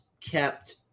kept